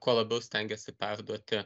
kuo labiau stengiasi perduoti